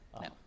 No